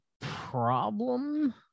problem